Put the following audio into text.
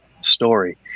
story